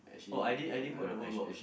oh I didn't I didn't brought the whole box